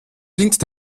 blinkt